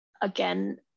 again